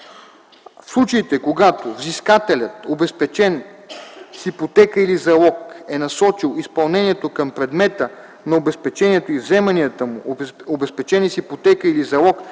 В случаите, когато взискателят, обезпечен с ипотека или залог, е насочил изпълнението към предмета на обезпечението и вземанията му, обезпечени с ипотека или залог,